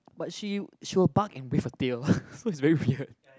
but she she will bark and wave her tail so it's very weird